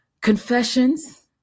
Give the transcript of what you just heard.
Confessions